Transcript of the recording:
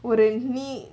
within me